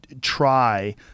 try